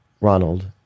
Ronald